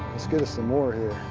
let's get us some more here.